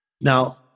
Now